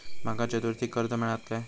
माका चतुर्थीक कर्ज मेळात काय?